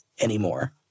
anymore